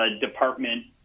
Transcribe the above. department